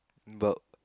about